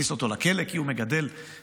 יכניס אותו לכלא כי הוא מגדל דבורים?